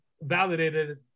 validated